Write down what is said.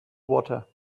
water